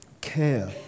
Care